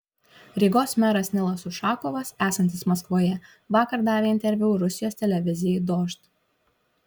rygos meras nilas ušakovas esantis maskvoje vakar davė interviu rusijos televizijai dožd